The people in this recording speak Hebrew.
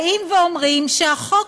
באים ואומרים שהחוק